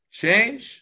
change